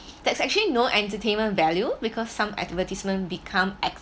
that's actually no entertainment value because some advertisement become